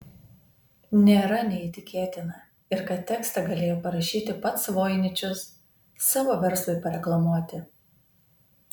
nėra neįtikėtina ir kad tekstą galėjo parašyti pats voiničius savo verslui pareklamuoti